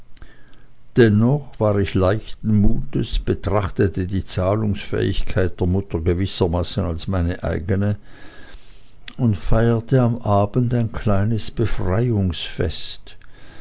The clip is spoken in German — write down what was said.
dennoch war ich leichten mutes betrachtete die zahlungsfähigkeit der mutter gewissermaßen als meine eigene und feierte am abend ein kleines